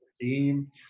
team